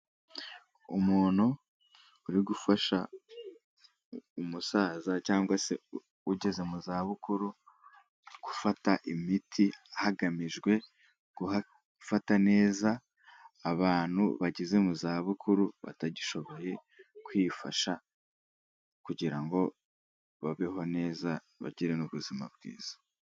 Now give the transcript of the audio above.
Umuntu uri gufasha umusaza cyangwa se ugeze mu zabukuru, gufata imiti hagamijwe guhafata neza abantu bageze mu zabukuru, batagishoboye kwifasha kugira ngo babeho neza bagire n'ubuzima bwiza.